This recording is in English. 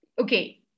okay